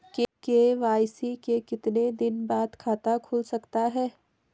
KYC के कितने दिन बाद खाता खुल सकता है?